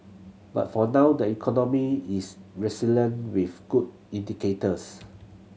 but for now the economy is resilient with good indicators